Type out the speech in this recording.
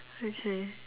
okay